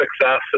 success